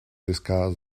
discuss